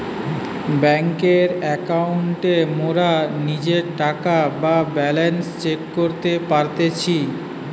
বেংকের একাউন্টে মোরা নিজের টাকা বা ব্যালান্স চেক করতে পারতেছি